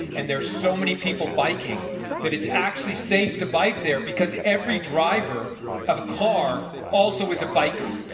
and there are so many people biking that it's actually safe to bike there because every driver of a car also is a biker.